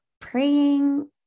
praying